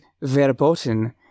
verboten